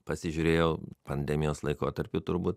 pasižiūrėjau pandemijos laikotarpiu turbūt